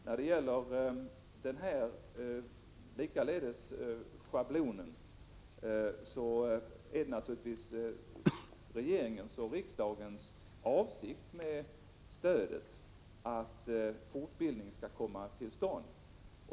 När det gäller den här schablonen är naturligtvis regeringens och riksdagens avsikt med stödet att fortbildningen skall komma till stånd.